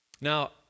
Now